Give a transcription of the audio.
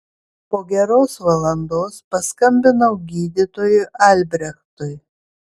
po geros valandos paskambinau gydytojui albrechtui